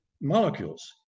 molecules